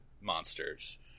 monsters